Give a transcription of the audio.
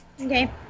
Okay